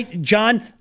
John